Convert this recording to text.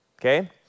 okay